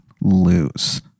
lose